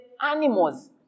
animals